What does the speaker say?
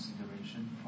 consideration